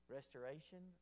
Restoration